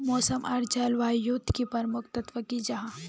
मौसम आर जलवायु युत की प्रमुख तत्व की जाहा?